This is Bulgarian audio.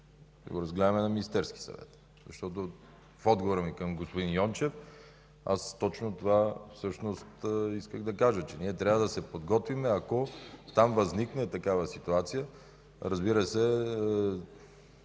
го разгледаме на Министерския съвет, защото в отговора ми към господин Йончев аз всъщност точно това исках да кажа – че трябва да се подготвим, ако там възникне такава ситуация. Разбира се,